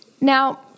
Now